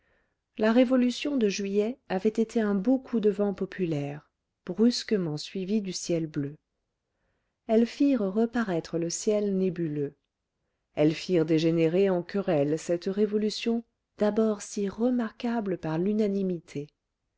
la révolution de juillet avait été un beau coup de vent populaire brusquement suivi du ciel bleu elles firent reparaître le ciel nébuleux elles firent dégénérer en querelle cette révolution d'abord si remarquable par l'unanimité